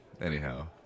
anyhow